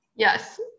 Yes